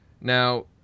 now